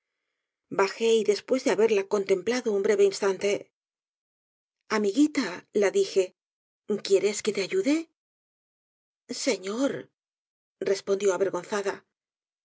bajé y después de haberla contemplado un breve instante amiguita la dije quieres que te ayude señor respondió avergonzada